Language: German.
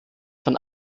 von